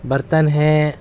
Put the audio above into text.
برتن ہے